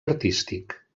artístic